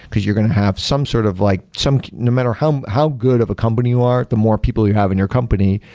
because you're going to have some sort of like no matter how um how good of a company you are, the more people you have in your company,